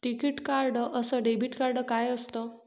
टिकीत कार्ड अस debit card काय असत?